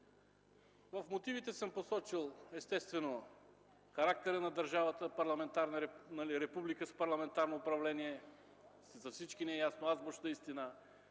В мотивите съм посочил естествено характера на държавата – република с парламентарно управление, за всички е ясно, азбучна истина